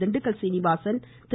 Dindigul Srinivasan Thiru